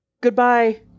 goodbye